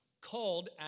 called